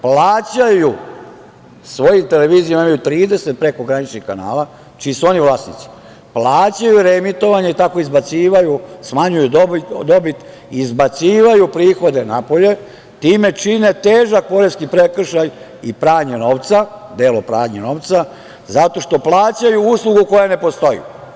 Plaćaju svojim televizijama, imaju preko 30 prekograničnih kanala čiji su oni vlasnici, plažaju reemitovanje i tako smanjuju dobit, izbacuju prihode napolje, čime čine težak poreski prekršaj i delo pranja novca, zato što plaćaju uslugu koja ne postoji.